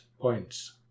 points